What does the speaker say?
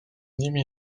nimi